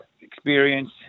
experience –